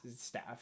staff